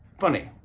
funny.